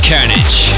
Carnage